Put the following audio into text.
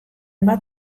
bat